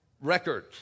record